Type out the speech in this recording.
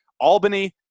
Albany